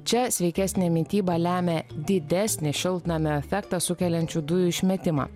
čia sveikesnė mityba lemia didesnį šiltnamio efektą sukeliančių dujų išmetimą